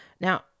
Now